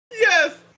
Yes